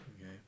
Okay